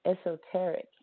esoteric